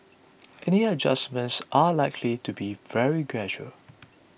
any adjustments are likely to be very gradual